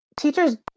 teachers